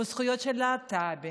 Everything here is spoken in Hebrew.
בזכויות של להט"בים,